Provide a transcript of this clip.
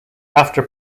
after